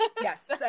Yes